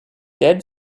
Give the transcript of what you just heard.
dead